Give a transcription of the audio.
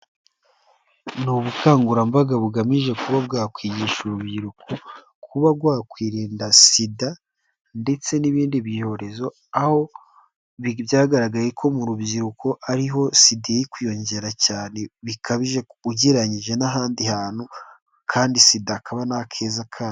Ni ubukangurambaga bugamije kuba bwakwigisha urubyiruko kuba rwakwirinda sida ndetse n'ibindi byorezo, aho byagaragaye ko mu rubyiruko ariho sida iri kwiyongera cyane bikabije ugereranyije n'ahandi hantu, kandi sida akaba nta keza kayo.